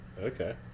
Okay